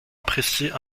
appréciées